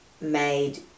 made